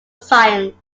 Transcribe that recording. science